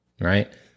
Right